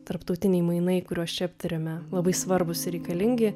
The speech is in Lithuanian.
tarptautiniai mainai kuriuos čia aptariame labai svarbūs ir reikalingi